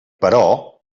però